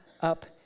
up